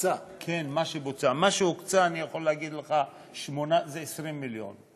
מה שהוקצה, אני יכול להגיד לך, זה 20 מיליון.